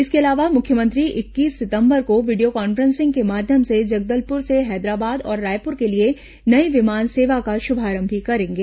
इसके अलावा मुख्यमंत्री इक्कीस सितंबर को वीडियो कॉन्फ्रेंसिंग के माध्यम से जगदलपुर से हैदराबाद और रायपुर के लिए नई विमान सेवा का शुभारंभ भी करेंगे